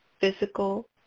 physical